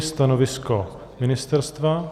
Stanovisko ministerstva?